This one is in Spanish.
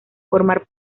formar